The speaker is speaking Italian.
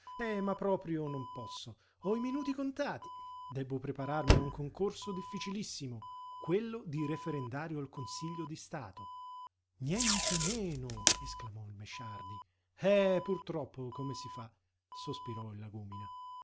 spendereccia ma proprio non posso ho i minuti contati debbo prepararmi a un concorso difficilissimo quello di referendario al consiglio di stato nientemeno esclamò il mesciardi eh purtroppo come si fa sospirò il lagúmina